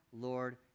Lord